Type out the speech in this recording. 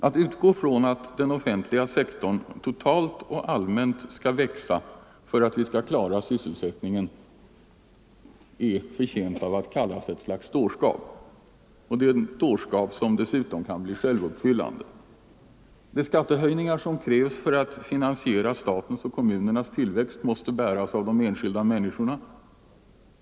Att utgå ifrån att den offentliga sektorn totalt och allmänt skall växa för att vi skall klara sysselsättningen är förtjänt av att kallas ett slags dårskap, som dessutom kan bli självuppfyllande. De skattehöjningar som krävs för att finansiera statens och kommunernas tillväxt måste bäras av de enskilda människorna.